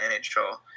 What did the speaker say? NHL